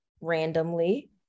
randomly